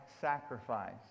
sacrifice